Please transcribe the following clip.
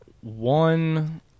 one